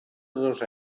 dos